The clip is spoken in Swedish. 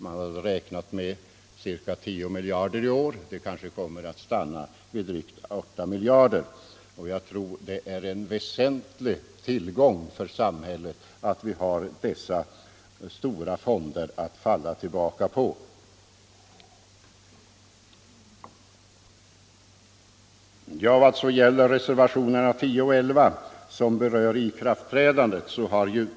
Man har räknat med att den skulle öka med ca 10 miljarder kronor i år, men ökningen kommer kanske i dagsläget att stanna vid drygt 8 miljarder. Och det är en stor tillgång för samhället att vi har dessa stora fonder att falla tillbaka på. Så några ord om reservationerna 10 och 11, som berör ikraftträdandet.